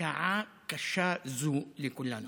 בשעה קשה זו לכולנו.